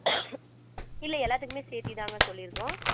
இல்லை எல்லாத்துக்குமே சேர்த்தி தாங்க சொல்லிருக்கோம்